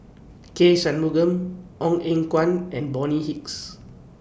K Shanmugam Ong Eng Guan and Bonny Hicks